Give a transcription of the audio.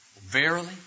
verily